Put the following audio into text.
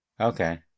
Okay